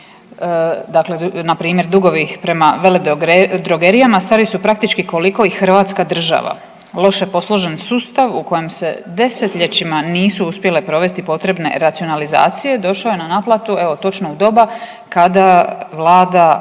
dakle npr. dugovi prema veledrogerijama stari su praktički koliko i hrvatska država, loše posložen sustav u kojem se desetljećima nisu uspjele provesti potrebne racionalizacije, došao je na naplatu, evo, točno u doba kada vlada